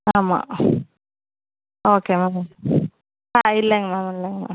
ஆமாம் okay ma'am ஒ ஆ இல்லைங்க மேம் இல்லைங்க மேம்